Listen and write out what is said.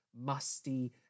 musty